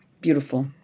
Beautiful